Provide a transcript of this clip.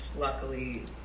luckily